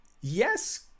yes